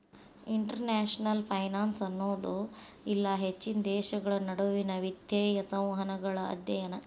international finance ಅನ್ನೋದು ಇಲ್ಲಾ ಹೆಚ್ಚಿನ ದೇಶಗಳ ನಡುವಿನ್ ವಿತ್ತೇಯ ಸಂವಹನಗಳ ಅಧ್ಯಯನ